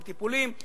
וטיפולים,